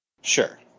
sure